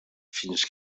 fins